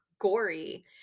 gory